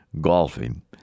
golfing